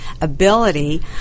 ability